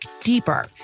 deeper